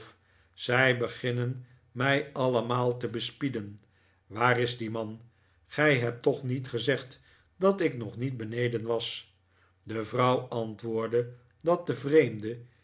zij beginnen mij allemaal te bespieden waar is die man gij hebt toch niet gezegd dat ik nog niet beneden was de vrouw antwoordde dat de vreemde